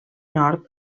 nord